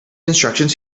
instructions